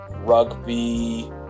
Rugby